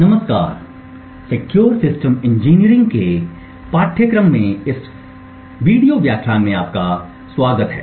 नमस्ते secure system engineering के पाठ्यक्रम में इस व्याख्यान में आपका स्वागत है